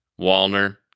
Walner